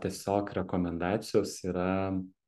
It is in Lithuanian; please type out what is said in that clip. tiesiog rekomendacijos yra